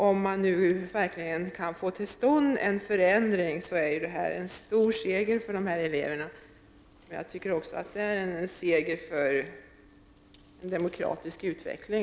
Om man verkligen kan få en förändring till stånd är det en stor seger för dessa elever. Jag tror också det är en stor seger för demokratisk utveckling.